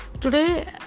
Today